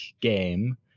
game